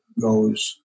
goes